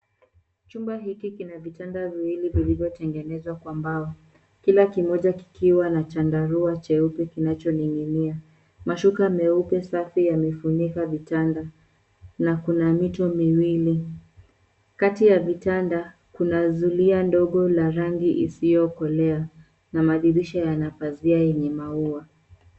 Chumba hiki kina vitanda viwili vilivyotengenezwa kwa mbao. Kila kimoja kikiwa na chandarua cheupe kinachoning'inia. Mashuka meupe safi yamefunika vitanda, na kuna mito miwili. Kati ya vitanda, kuna zulia ndogo la rangi isiyokolea, na madirisha yana pazia yenye maua.